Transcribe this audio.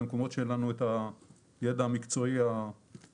במקומות שאין לנו את הידע המקצועי הספציפי,